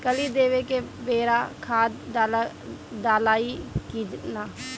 कली देवे के बेरा खाद डालाई कि न?